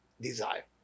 desire